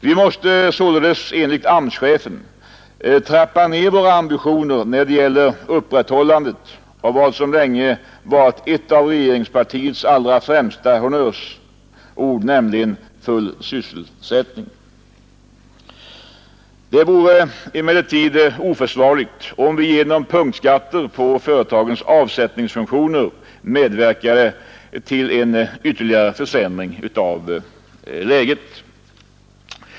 Vi måste således enligt AMS-chefen trappa ner våra ambitioner när det gäller upprätthållandet av vad som länge varit ett av regeringspartiets främsta honnörsord, nämligen full sysselsättning. Det vore emellertid oförsvarligt, om vi genom punktskatter på företagens avsättningsfunktioner medverkade till en ytterligare försämring av läget.